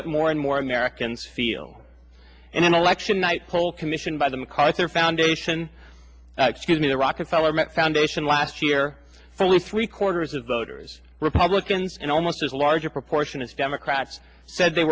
what more and more americans feel in an election night poll commissioned by the macarthur foundation excuse me the rockefeller foundation last year for three quarters of voters republicans and almost as large a proportion as democrats said they